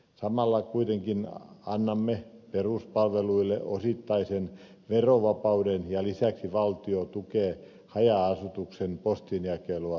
samalla kuitenkin annamme peruspalveluille osittaisen verovapauden ja lisäksi valtio tukee haja asutuksen postinjakelua